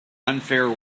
unfair